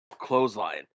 Clothesline